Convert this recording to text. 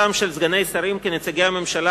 השתתפותם של סגני שרים כנציגי הממשלה